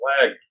flag